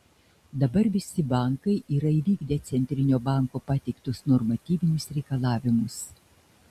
dabar visi bankai yra įvykdę centrinio banko pateiktus normatyvinius reikalavimus